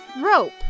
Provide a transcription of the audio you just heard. rope